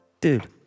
dude